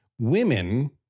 women